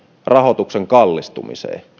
rahoituksen kallistumiseen